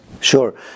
Sure